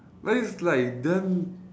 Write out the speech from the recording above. well it's like damn